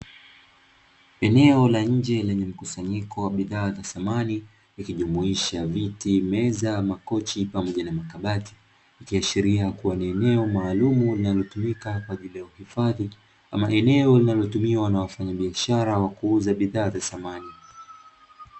Eneo la nje lenye mkusanyiko wa bidha za samani ijumuisha viti, meza, makochi pamoja na makabati, ikiashiria ni eneo maalumu linalotumika kwa ajili ya hifadhi au eneo linalotumiwa na wafanyabiashara kuuza samani za ndani.